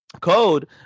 code